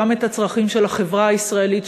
גם את הצרכים של החברה הישראלית,